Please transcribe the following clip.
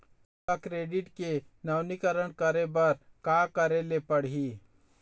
मोला क्रेडिट के नवीनीकरण करे बर का करे ले पड़ही?